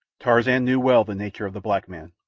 tarzan knew well the nature of the black man.